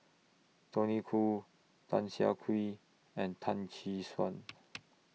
Tony Khoo Tan Siah Kwee and Tan Tee Suan